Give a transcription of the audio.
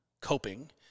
coping